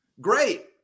Great